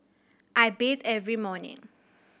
I bathe every morning